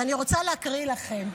ואני רוצה להקריא לכם.